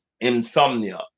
insomnia